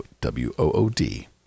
W-O-O-D